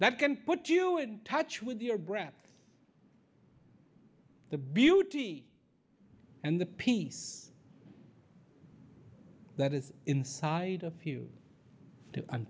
that can put you in touch with your breath the beauty and the peace that is inside